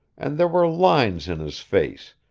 and there were lines in his face,